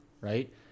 Right